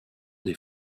des